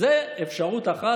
זאת אפשרות אחת.